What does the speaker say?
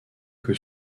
que